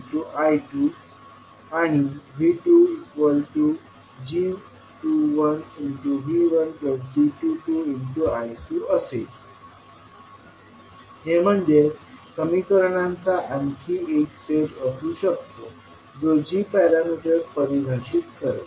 तर I1g11V1g12I2 V2g21V1g22I2 असेल हे म्हणजे समीकरणांचा आणखी एक सेट असू शकतो जो g पॅरामीटर्स परिभाषित करेल